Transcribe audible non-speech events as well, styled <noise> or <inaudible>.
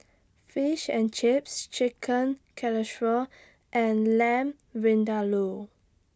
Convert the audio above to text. Fish and Chips Chicken <unintelligible> and Lamb Vindaloo